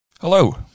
Hello